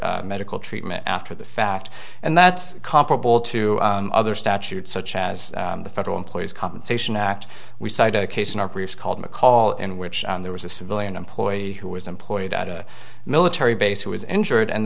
to medical treatment after the fact and that's comparable to other statutes such as the federal employees compensation act we cited a case in our priest called mccall in which there was a civilian employee who was employed at a military base who was injured and